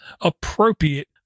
appropriate